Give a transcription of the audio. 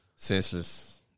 Senseless